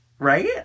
right